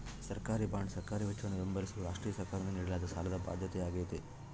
ಸರ್ಕಾರಿಬಾಂಡ್ ಸರ್ಕಾರಿ ವೆಚ್ಚವನ್ನು ಬೆಂಬಲಿಸಲು ರಾಷ್ಟ್ರೀಯ ಸರ್ಕಾರದಿಂದ ನೀಡಲಾದ ಸಾಲದ ಬಾಧ್ಯತೆಯಾಗೈತೆ